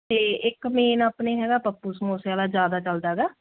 ਅਤੇ ਇੱਕ ਮੇਨ ਆਪਣੇ ਹੈਗਾ ਪੱਪੂ ਸਮੋਸਿਆਂ ਵਾਲਾ ਜ਼ਿਆਦਾ ਚੱਲਦਾ ਗਾ